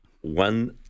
one